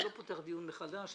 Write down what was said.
אני לא פותח דיון מחדש.